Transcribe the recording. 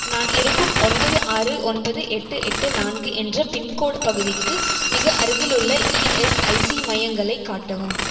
நான் இருக்கும் ஒன்பது ஆறு ஒன்பது எட்டு எட்டு நான்கு என்ற பின்கோடு பகுதிக்கு மிக அருகிலுள்ள இஎஸ்ஐசி மையங்களைக் காட்டவும்